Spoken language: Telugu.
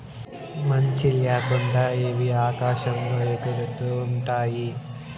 మంచి ల్యాకుండా ఇవి ఆకాశంలో ఎగురుతూ ఉంటాయి